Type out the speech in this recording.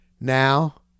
Now